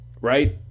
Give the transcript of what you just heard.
Right